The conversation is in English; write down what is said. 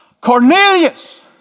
Cornelius